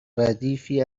ردیفی